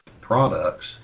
products